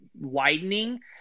widening